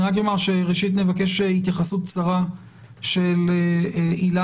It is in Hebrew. אני רק אומר שראשית נבקש התייחסות קצרה של אילנה